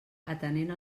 atenent